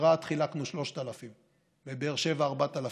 ברהט חילקנו 3,000, בבאר שבע, 4,000,